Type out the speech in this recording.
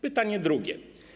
Pytanie drugie.